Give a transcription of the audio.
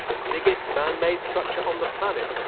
the biggest manmade structure on the planet,